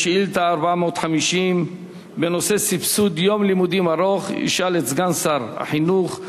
שאילתא מס' 450 בנושא: סבסוד יום לימודים ארוך ישאל את סגן שר החינוך,